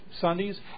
Sundays